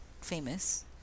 famous